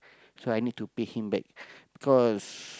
so I need to pay him back because